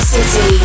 City